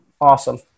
Awesome